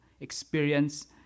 experience